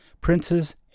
princes